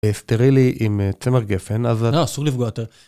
סטרילי עם צמר גפן, אז... אה, אסור לפגוע יותר.